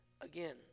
again